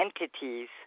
entities